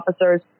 officers